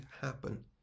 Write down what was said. happen